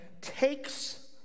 takes